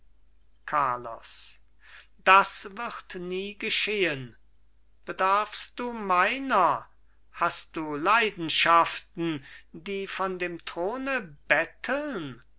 carlos das wird nie geschehen bedarfst du meiner hast du leidenschaften die von dem throne betteln